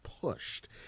pushed